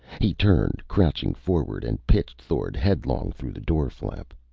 he turned, crouching forward, and pitched thord headlong through the door flap.